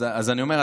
אז אני אומר,